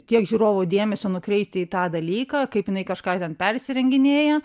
tiek žiūrovų dėmesio nukreipti į tą dalyką kaip jinai kažką ten persirenginėja